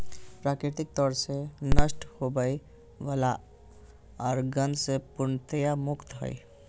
प्राकृतिक तौर से नष्ट होवय वला आर गंध से पूर्णतया मुक्त हइ